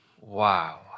Wow